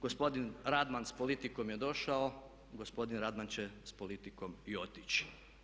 Gospodin Radman sa politikom je došao, gospodin Radman će s politikom i otići.